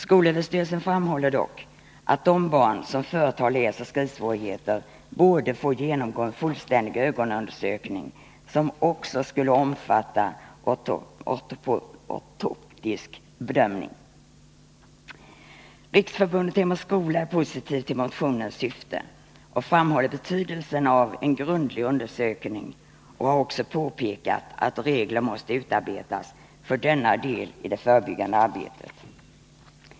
Skolöverstyrelsen framhåller dock att de barn som företer läsoch skrivsvårigheter borde få genomgå en fullständig ögonundersökning som också omfattar ortoptistisk bedömning. Riksförbundet Hem och skola är positivt till motionens syfte och framhåller betydelsen av en grundlig undersökning. Man har också påpekat att regler måste utarbetas för denna del av det förebyggande arbetet.